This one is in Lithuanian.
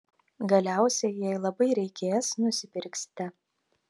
galiausiai jei labai reikės nusipirksite